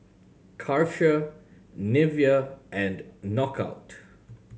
Karcher Nivea and Knockout